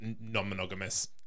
non-monogamous